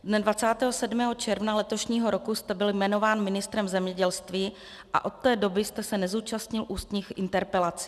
Dne 27. června letošního roku jste byl jmenován ministrem zemědělství a od té doby jste se nezúčastnil ústních interpelací.